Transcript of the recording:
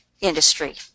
industry